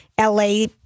la